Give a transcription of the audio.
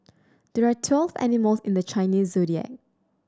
there are twelve animals in the Chinese Zodiac